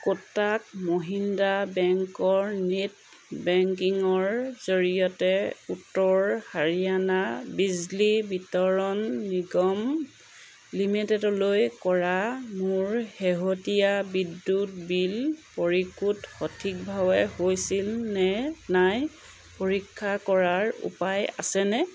কটাক মহিন্দ্ৰা বেংকৰ নেট বেংকিঙৰ জৰিয়তে উত্তৰ হাৰিয়ানা বিজুলী বিতৰণ নিগম লিমিটেডলৈ কৰা মোৰ শেহতীয়া বিদ্যুৎ বিল পৰিশোধ সঠিকভাৱে হৈছিল নে নাই পৰীক্ষা কৰাৰ উপায় আছেনে